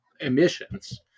emissions